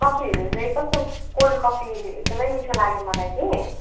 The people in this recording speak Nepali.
कफीहरू चाहिँ कस्तो कोल्ड कफी एकदमै मिठो लाग्यो मलाई चाहिँ